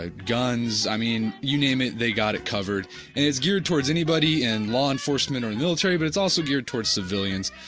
ah guns. i mean you name it they got it covered, and it's geared towards anybody and law enforcement or and military but it's also geared toward civilians.